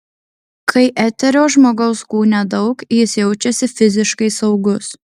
kai eterio žmogaus kūne daug jis jaučiasi fiziškai saugus